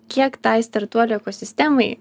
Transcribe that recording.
kiek tai startuolių ekosistemai